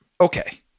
Okay